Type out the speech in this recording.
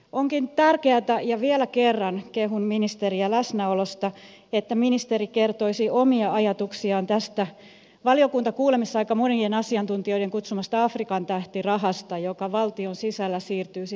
olisikin tärkeätä ja vielä kerran kehun ministeriä läsnäolosta että ministeri kertoisi omia ajatuksiaan tästä valiokuntakuulemisessa aika monien asiantuntijoiden afrikan tähti rahaksi kutsumasta rahasta joka valtion sisällä siirtyy